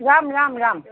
যাম যাম যাম